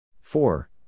Four